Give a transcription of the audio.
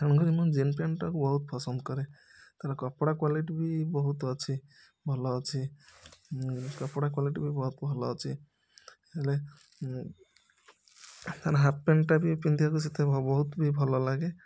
ତେଣୁ କରି ମୁଁ ଜିନ୍ ପ୍ୟାଣ୍ଟଟାକୁ ବହୁତ ପସନ୍ଦ କରେ ତେଣୁ କପଡ଼ା କ୍ୱାଲିଟି ବି ବହୁତ ଅଛି ଭଲଅଛି କପଡ଼ା କ୍ୱାଲିଟି ବି ବହୁତ ଅଛି ଭଲଅଛି ହେଲେ ହାପପ୍ୟାଣ୍ଟଟା ବି ପିନ୍ଧିଆକୁ ସେତେବି ବହୁତ ବି ଭଲଲାଗେ